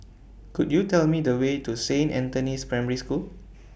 Could YOU Tell Me The Way to Saint Anthony's Primary School